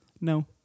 no